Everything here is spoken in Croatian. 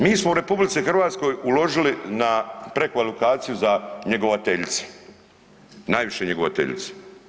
Mi smo u RH uložili na prekvalifikaciju za njegovateljice, najviše njegovateljice.